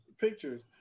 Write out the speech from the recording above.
pictures